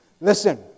Listen